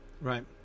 right